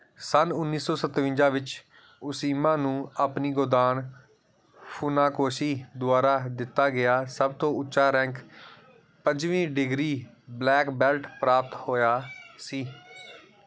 ਸੰਨ ਉੱਨੀ ਸੌ ਸਤਵੰਜਾ ਵਿੱਚ ਓਸ਼ਿਮਾ ਨੂੰ ਆਪਣੀ ਗੋਦਾਨ ਫੁਨਾਕੋਸ਼ੀ ਦੁਆਰਾ ਦਿੱਤਾ ਗਿਆ ਸਭ ਤੋਂ ਉੱਚਾ ਰੈਂਕ ਪੰਜਵੀਂ ਡਿਗਰੀ ਬਲੈਕ ਬੈਲਟ ਪ੍ਰਾਪਤ ਹੋਇਆ ਸੀ